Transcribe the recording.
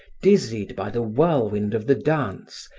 dizzied by the whirlwind of the dance,